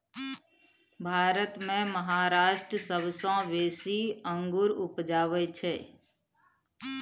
भारत मे महाराष्ट्र सबसँ बेसी अंगुर उपजाबै छै